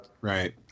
right